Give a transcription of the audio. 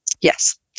Yes